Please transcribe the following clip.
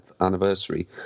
anniversary